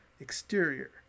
exterior